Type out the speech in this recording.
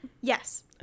yes